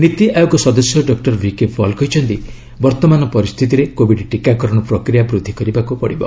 ନୀତି ଆୟୋଗ ସଦସ୍ୟ ଡକୁର ଭିକେ ପଲ୍ କହିଚ୍ଚନ୍ତି ବର୍ତ୍ତମାନ ପରିସ୍ଥିତିରେ କୋବିଡ୍ ଟିକାକରଣ ପ୍ରକ୍ରିୟା ବୃଦ୍ଧି କରିବାକୁ ପଡ଼ିବ